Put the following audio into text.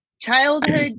childhood